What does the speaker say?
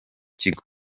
kigo